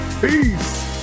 Peace